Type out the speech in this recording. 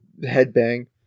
headbang